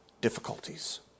difficulties